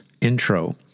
intro